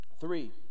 Three